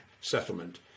settlement